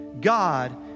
God